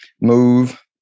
move